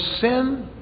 sin